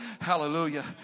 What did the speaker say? Hallelujah